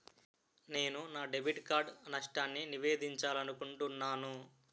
నేను నా debit card నష్టాన్ని నివేదించాలనుకుంటున్నాను